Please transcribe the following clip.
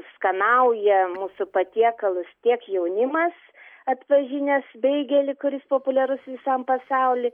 skanauja mūsų patiekalus tiek jaunimas atpažinęs beigelį kuris populiarus visam pasauly